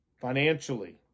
Financially